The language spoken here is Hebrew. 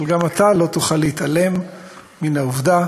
אבל גם אתה לא תוכל להתעלם מן העובדה